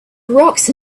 rocks